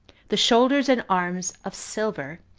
the shoulders and arms of silver,